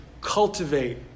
cultivate